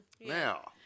Now